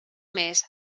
més